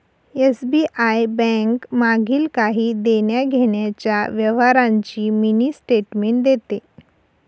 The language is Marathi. एस.बी.आय बैंक मागील काही देण्याघेण्याच्या व्यवहारांची मिनी स्टेटमेंट देते